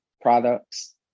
products